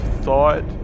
thought